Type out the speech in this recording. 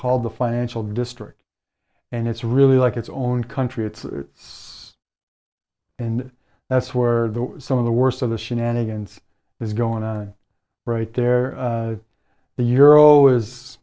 called the financial district and it's really like its own country it's in that's where the some of the worst of the shenanigans is going on right there the euro is